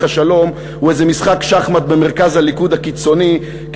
השלום הם איזה משחק שחמט במרכז הליכוד הקיצוני,